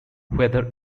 whether